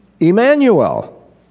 Emmanuel